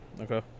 Okay